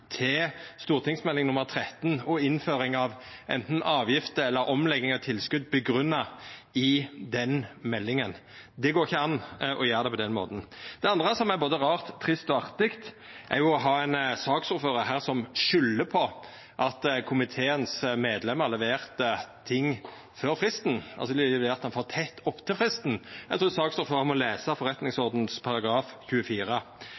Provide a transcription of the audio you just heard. til stortingsmelding nr. 13 og innføring av anten avgifter eller omlegging av tilskot grunngjeve i den meldinga. Det går ikkje an å gjera det på den måten. Det andre som er både rart, trist og artig, er å ha ein saksordførar som skuldar på at medlemene i komiteen leverte ting før fristen, altså at dei leverte for tett opptil fristen. Eg trur saksordføraren må lesa forretningsordenens § 24.